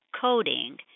coding